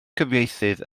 cyfieithydd